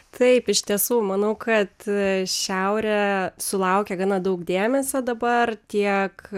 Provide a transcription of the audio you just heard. taip iš tiesų manau kad šiaurė sulaukia gana daug dėmesio dabar tiek